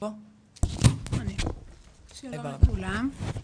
שלום לכולם.